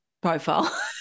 profile